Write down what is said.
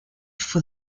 for